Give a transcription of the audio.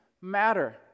matter